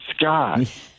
Scott